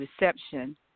reception